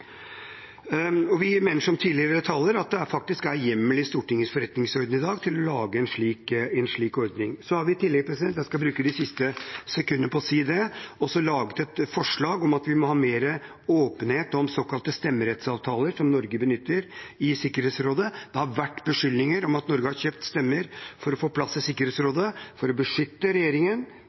Vi mener, som tidligere taler, at det faktisk er hjemmel i Stortingets forretningsorden i dag til å lage en slik ordning. Så har vi i tillegg – jeg skal bruke de siste sekundene på å si det – også laget et forslag om at vi må ha mer åpenhet om såkalte stemmebytteavtaler som Norge benytter i Sikkerhetsrådet. Det har vært beskyldninger om at Norge har kjøpt stemmer for å få plass i Sikkerhetsrådet. For å beskytte regjeringen